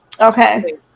Okay